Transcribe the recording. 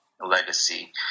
legacy